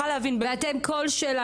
קיבלתם תשובה מהצוות על כל שאלה